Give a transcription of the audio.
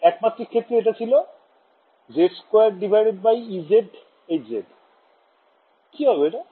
একমাত্রিক ক্ষেত্রে এটা ছিল z 2ez hz কি হবে এটা